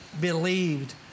believed